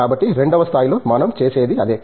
కాబట్టి ఈ 2వ స్థాయి లో మనం చేసేది అదే